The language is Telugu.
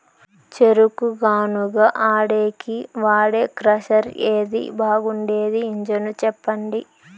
చెరుకు గానుగ ఆడేకి వాడే క్రషర్ ఏది బాగుండేది ఇంజను చెప్పండి?